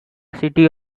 city